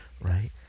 right